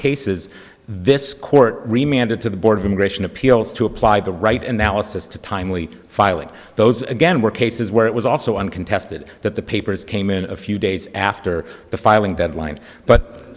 cases this court reminded to the board of immigration appeals to apply the right and now it's just a timely filing those again were cases where it was also uncontested that the papers came in a few days after the filing deadline but